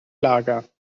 lager